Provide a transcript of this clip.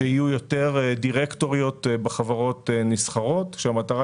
שיהיו יותר דירקטוריות בחברות נסחרות כאשר המטרה